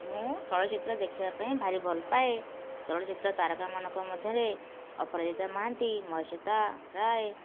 ମୁଁ ଚଳଚ୍ଚିତ୍ର ଦେଖିବାପାଇଁ ଭାରି ଭଲପାଏ ଚଳଚ୍ଚିତ୍ର ତାରକାମାନଙ୍କ ମଧ୍ୟରେ ଅପରାଜିତା ମହାନ୍ତି ମହେଶ୍ଵେତା ରାୟ